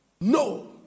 No